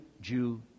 Jew